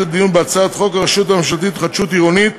לדיון בהצעת חוק הרשות הממשלתית להתחדשות עירונית,